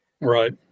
Right